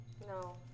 No